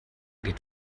geht